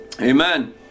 Amen